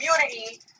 community